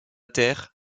terre